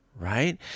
right